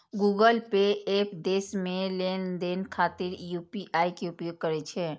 Google Pay app देश मे लेनदेन खातिर यू.पी.आई के उपयोग करै छै